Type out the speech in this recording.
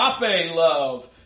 love